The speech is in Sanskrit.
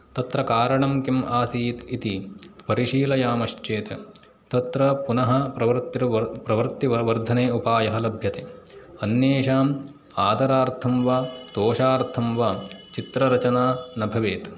तत्र कारणं किम् आसीत् इति परिशीलयामश्चेत् तत्र पुनः प्रवृत्तिर्वर् प्रवृत्तिव वर्धने उपायः लभ्यते अन्येषाम् आदरार्थं वा तोषार्थं वा चित्ररचना न भवेत्